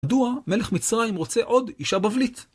מדוע מלך מצרים רוצה עוד אישה בבלית?